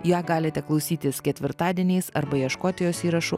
ją galite klausytis ketvirtadieniais arba ieškoti jos įrašų